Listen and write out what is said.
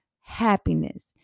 happiness